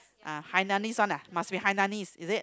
uh Hainanese one ah must be Hainanese is it